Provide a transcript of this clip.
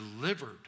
delivered